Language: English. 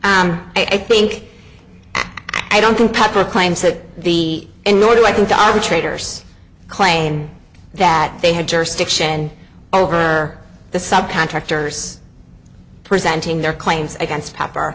well i think i don't think pepper claims that the and nor do i think arbitrators claimed that they had jurisdiction over the sub contractors presenting their claims against copper